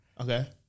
Okay